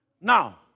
Now